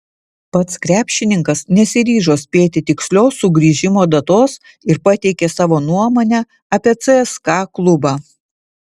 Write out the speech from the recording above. pats krepšininkas nesiryžo spėti tikslios sugrįžimo datos ir pateikė savo nuomonę apie cska klubą